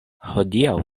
hodiaŭ